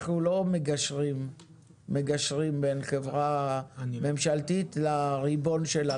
אנחנו לא מגשרים בין חברה ממשלתית לריבון שלה,